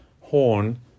horn